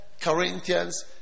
Corinthians